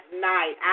night